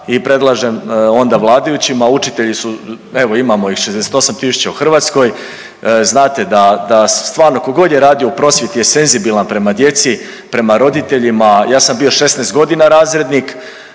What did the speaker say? I predlažem onda vladajućima, učitelji su evo imamo ih 68.000 u Hrvatskoj, znate da stvarno tkogod je radio u prosvjeti je senzibilan prema djeci prema roditeljima. Ja sam bio 16 godina razrednik,